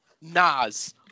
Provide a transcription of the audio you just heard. Nas